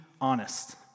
honest